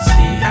See